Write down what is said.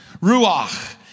Ruach